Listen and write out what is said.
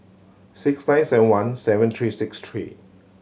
six nine seven one seven three six three